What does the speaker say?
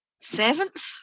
seventh